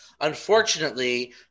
unfortunately